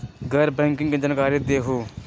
गैर बैंकिंग के जानकारी दिहूँ?